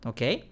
Okay